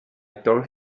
tore